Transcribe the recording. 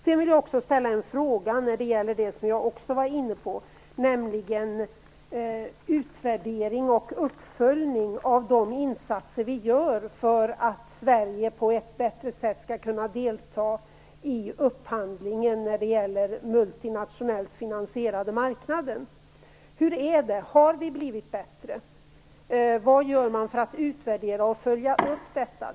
Sedan vill jag ställa en fråga om något som jag också har varit inne på, nämligen utvärdering och uppföljning av de insatser vi gör för att Sverige på ett bättre sätt skall kunna delta i upphandlingen när det gäller den multinationellt finansierade marknaden. Hur är det, har vi blivit bättre? Vad gör man för att utvärdera och följa upp detta?